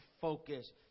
focus